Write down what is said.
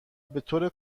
بطور